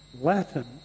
Latin